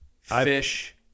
Fish